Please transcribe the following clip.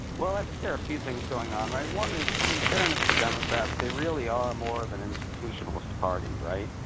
well, i think there are a few things going on, right? one is, in fairness, the democrats, they really are more of an institutionalist party, right?